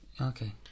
Okay